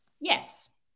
Yes